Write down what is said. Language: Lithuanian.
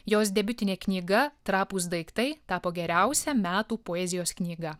jos debiutinė knyga trapūs daiktai tapo geriausia metų poezijos knyga